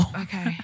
Okay